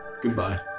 Goodbye